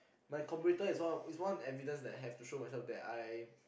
my computer is one is one evidence that I have to show myself that I